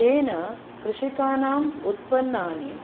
तेन कृषिकाणाम् उत्पन्नानि